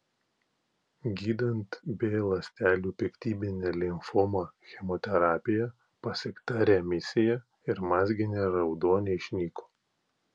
gydant b ląstelių piktybinę limfomą chemoterapija pasiekta remisija ir mazginė raudonė išnyko